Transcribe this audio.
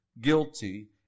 guilty